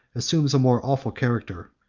assumes a more awful character,